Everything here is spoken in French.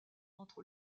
entre